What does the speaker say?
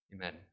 Amen